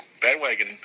bandwagon